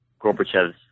Gorbachev's